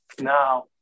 now